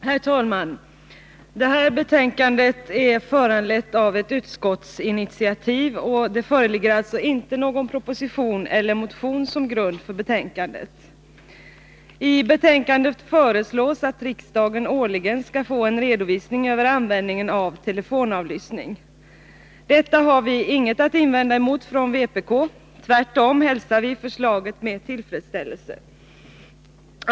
Herr talman! Detta betänkande är föranlett av ett utskottsinitiativ. Det föreligger alltså inte någon proposition eller motion som grund för betänkandet. I betänkandet föreslås att riksdagen årligen skall få en redovisning rörande användningen av telefonavlyssning. Vi från vpk har inget att invända emot detta. Tvärtom hälsar vi förslaget med tillfredsställelse.